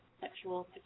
sexual